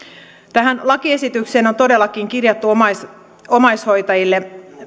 tähän lakiesitykseen on todellakin kirjattu omaishoitajille